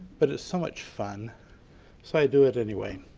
but it's so much fun so i do it anyway.